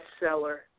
bestseller